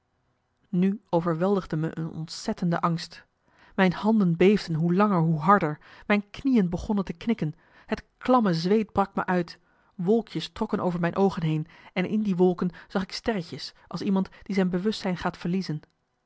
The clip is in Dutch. nu overweldigde me een ontzettende angst mijn handen beefden hoe langer hoe harder mijn knieën begonnen te knikken het klamme zweet brak marcellus emants een nagelaten bekentenis me uit wolkjes trokken over mijn oogen heen en in die wolken zag ik sterretjes als iemand die zijn bewustzijn gaat verliezen